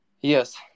Yes